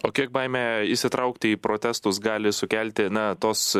o kiek baimė įsitraukti į protestus gali sukelti na tos